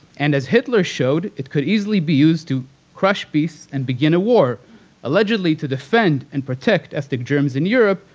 and as hitler showed, it could easily be used to crush beasts and begin a war allegedly to defend and protect ethnic germans in europe,